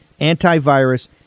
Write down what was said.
antivirus